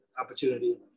opportunity